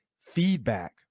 feedback